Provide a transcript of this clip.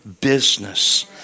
business